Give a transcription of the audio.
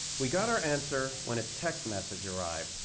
we got our answer when a text message arrived.